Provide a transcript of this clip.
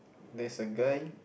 there's a guy